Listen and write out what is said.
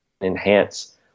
enhance